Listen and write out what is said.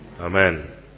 Amen